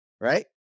right